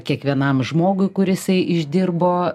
kiekvienam žmogui kur jisai išdirbo